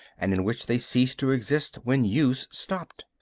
and in which they ceased to exist when use stopped.